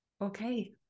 Okay